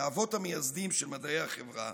מהאבות המייסדים של מדעי החברה,